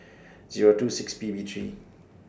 Zero two six P B three